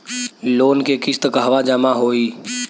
Loan के किस्त कहवा जामा होयी?